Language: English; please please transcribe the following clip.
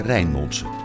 Rijnmondse